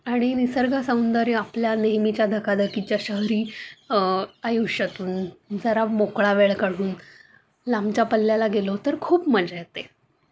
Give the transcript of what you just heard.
आणि निसर्ग सौंदर्य आपल्या नेहमीच्या धकाधकीच्या शहरी आयुष्यातून जरा मोकळा वेळ काढून लांबच्या पल्ल्याला गेलो तर खूप मजा येते